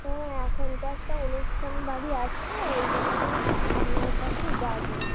হ্যাঁ এখন তো একটা অনুষ্ঠান বাড়ি আছে ওই জন্য আপনার কাছে যাবো